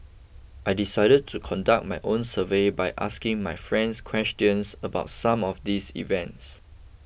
I decided to conduct my own survey by asking my friends questions about some of these events